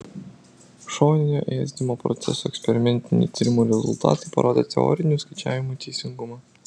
šoninio ėsdinimo procesų eksperimentiniai tyrimų rezultatai parodė teorinių skaičiavimų teisingumą